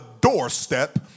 doorstep